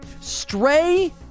Stray